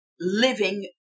living